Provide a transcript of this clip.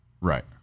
Right